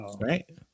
right